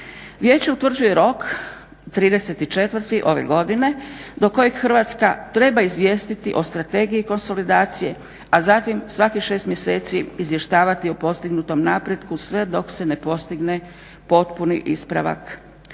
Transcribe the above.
Vijeće utvrđuje rok 30.4. ove godine do kojeg Hrvatska treba izvijestiti o strategiji konsolidacije a zatim svakih 6 mjeseci izvještavati o postignutom napretku sve dok se ne postigne potpuni ispravak